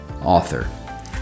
Author